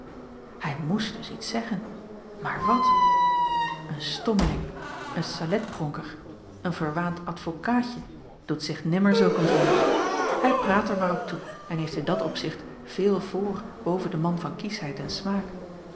hij moest dus iets zeggen maar wat een stommeling een saletpronker een verwaand advokaatje doet zich nimmer zulk een vraag hij praat er maar op toe en heeft in dat opzicht veel voor boven den man van kiesheid en smaak